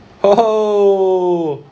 !oho!